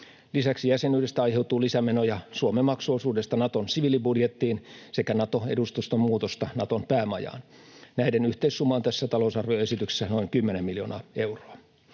Lisäksi jäsenyydestä aiheutuu lisämenoja Suomen maksuosuudesta Naton siviilibudjettiin sekä Nato-edustuston muutosta Naton päämajaan. Näiden yhteissumma on tässä talousarvioesityksessä noin 10 miljoonaa euroa.